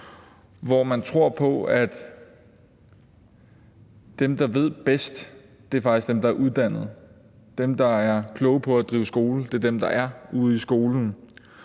hvor man tror på, at dem, der ved bedst, faktisk er dem, der er uddannede; at dem, der er kloge på at drive skole, er dem, der er ude i skolen;